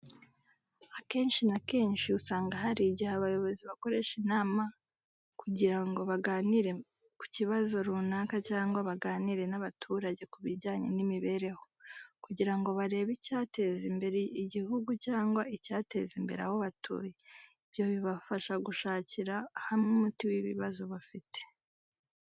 Akenci na kenci usanga hari ijyihe abayobozi bakoresha inama kujyira ngo baganire ku cyibazo runaka cyangwa baganire n'abaturajye kubijyanye n'imibereho ,kujyira ngo barebe icyateza imbere ijyihugu cyangwa icyateza imbere aho batuye .Ibyo bibafasha gushacyira hamwe umuti w'ibibazo bafite.